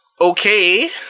Okay